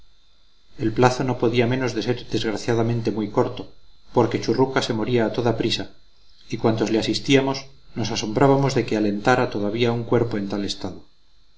el plazo no podía menos de ser desgraciadamente muy corto porque churruca se moría a toda prisa y cuantos le asistíamos nos asombrábamos de que alentara todavía un cuerpo en tal estado